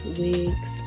wigs